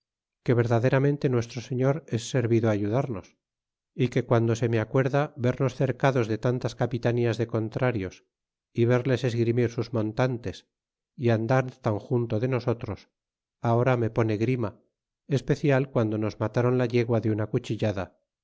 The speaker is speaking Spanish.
que verdaderamente nuestro señor es servido ayudarnos é que guando se me acuerda vernos cercados de tantas capitanías de contrarios y verles esgrimir sus montantes y andar tan junto de nosotros ahora me pone grima especial guando nos mataron la yegua de una cuchillada